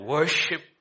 Worship